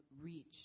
reach